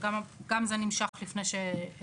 שגם גם זה נמשך לפני שהחלטנו.